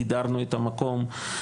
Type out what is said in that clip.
גידרנו את המקום,